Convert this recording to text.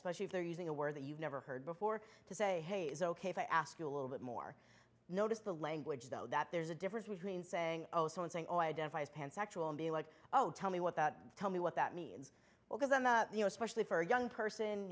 especially if they're using a word that you've never heard before to say hey is ok if i ask you a little bit more notice the language though that there's a difference between saying oh so and saying oh identifies pansexual and be like oh tell me what that tell me what that means because them especially for a young person